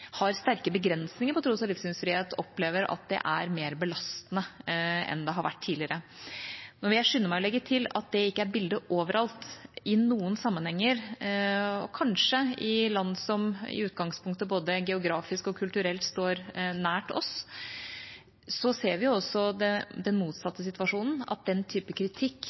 har sterke begrensninger på tros- og livssynsfrihet, opplever at det er mer belastende enn det har vært tidligere. Nå vil jeg skynde meg å legge til at det ikke er bildet overalt. I noen sammenhenger, og kanskje i land som i utgangspunktet både geografisk og kulturelt står oss nær, ser vi også den motsatte situasjonen, at den typen kritikk